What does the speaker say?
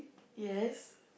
yes